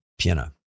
Piano